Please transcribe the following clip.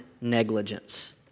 negligence